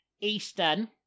Eastern